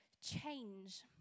Change